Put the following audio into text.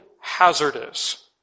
hazardous